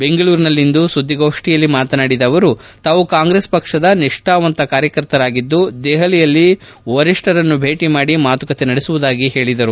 ಬೆಂಗಳೂರಿನಲ್ಲಿಂದು ಸುದ್ದಿಗೋಷ್ಠಿಯಲ್ಲಿ ಮಾತನಾಡಿದ ಅವರು ತಾವು ಕಾಂಗ್ರೆಸ್ ಪಕ್ಷದ ನಿಷ್ಠಾವಂತ ಕಾರ್ಯಕರ್ತರಾಗಿದ್ದುದೆಹಲಿಯಲ್ಲಿ ವರಿಷ್ಠರನ್ನು ಭೇಟಿ ಮಾಡಿ ಮಾತುಕತೆ ನಡೆಸುವುದಾಗಿ ಹೇಳಿದರು